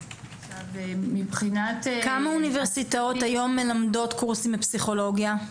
כמה אוניברסיטאות היום מלמדות קורסים בפסיכולוגיה?